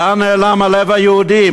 לאן נעלם הלב היהודי?